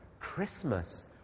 Christmas